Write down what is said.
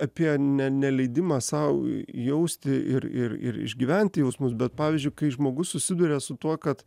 apie ne neleidimą sau jausti ir ir ir išgyventi jausmus bet pavyzdžiui kai žmogus susiduria su tuo kad